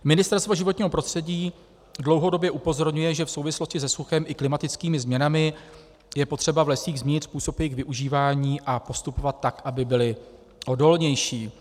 Ministerstvo životního prostředí dlouhodobě upozorňuje, že v souvislosti se suchem i klimatickými změnami je potřeba v lesích změnit způsob jejich využívání a postupovat tak, aby byly odolnější.